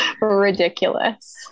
ridiculous